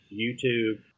YouTube